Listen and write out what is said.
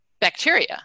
bacteria